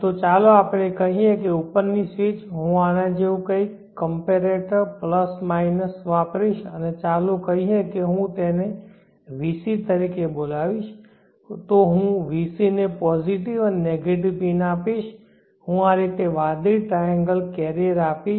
તો ચાલો આપણે કહીએ કે ઉપરની સ્વીચ હું આના જેવું કંઇક કોમ્પેરેટર પ્લસ માઇનસ વાપરીશ અને ચાલો કહીએ કે જો હું તેને vc તરીકે બોલાવીશ તો હું vc ને પોઝિટિવ અને નેગેટિવ પિન આપીશ હું આ રીતે વાદળી ટ્રાયેન્ગલ કેરિયર આપીશ